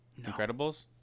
incredibles